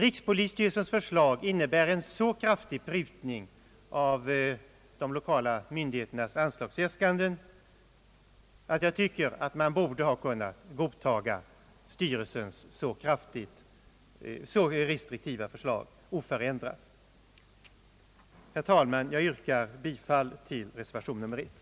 Rikspolisstyrelsens förslag innebär en så kraftig prutning av de lokala myndigheternas anslagsäskanden, att jag tycker att man borde ha kunnat godtaga styrelsens förslag oförändrat. Herr talman! Jag yrkar bifall till reservationen.